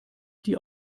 die